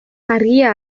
argia